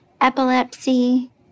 epilepsy